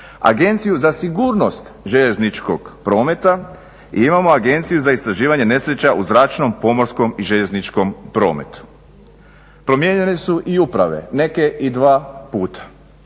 Agenciju za sigurnost željezničkog prometa i imamo Agenciju za istraživanje nesreća u zračnom, pomorskom i željezničkom prometu. Promijenjene su i uprave, neke i 2 puta.